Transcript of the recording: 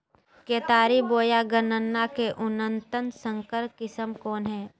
केतारी बोया गन्ना के उन्नत संकर किस्म कौन है?